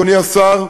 אדוני השר,